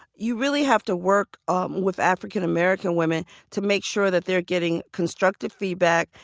you really have to work um with african-american women to make sure that they're getting constructive feedback,